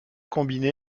combinés